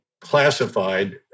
classified